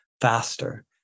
faster